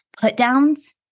put-downs